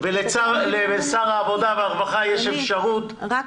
מחוקקים ולשר העבודה והרווחה יש אפשרות --- ברשותך,